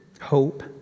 hope